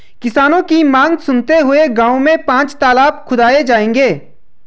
किसानों की मांग सुनते हुए गांव में पांच तलाब खुदाऐ जाएंगे